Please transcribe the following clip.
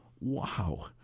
Wow